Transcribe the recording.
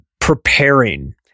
preparing